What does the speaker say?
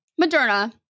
Moderna